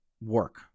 work